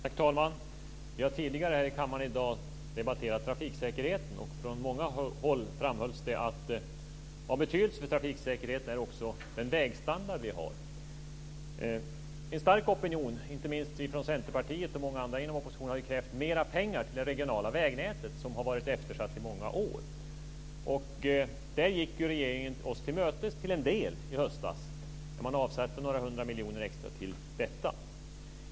Fru talman! Vi har tidigare här i kammaren i dag debatterat trafiksäkerheten. Från många håll framhölls det att av betydelse för trafiksäkerheten är också vår vägstandard. En stark opinion, inte minst Centerpartiet och många andra inom oppositionen, har ju krävt mer pengar till det regionala vägnätet, som har varit eftersatt i många år. Där gick regeringen oss till mötes till en del i höstas, då man avsatte några hundra miljoner extra till detta.